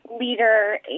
leader